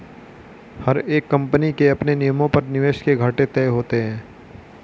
हर एक कम्पनी के अपने नियमों पर निवेश के घाटे तय होते हैं